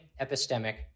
epistemic